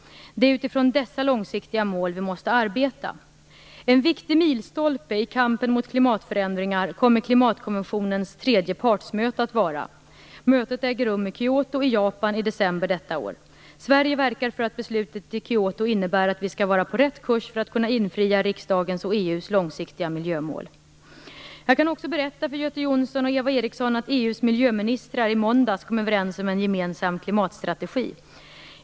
Det är utifrån dessa långsiktiga mål vi måste arbeta. En viktigt milstolpe i kampen mot klimatförändringar kommer klimatkonventionens tredje partsmöte att vara. Mötet äger rum i Kyoto i Japan i december detta år. Sverige verkar för att beslutet i Kyoto innebär att vi skall vara på rätt kurs för att kunna infria riksdagens och EU:s långsiktiga miljömål. Jag kan också berätta för Göte Jonsson och Eva Eriksson att EU:s miljöministrar i måndags kom överens om en gemensam klimatstrategi.